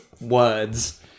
words